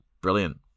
brilliant